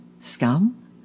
scum